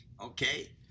Okay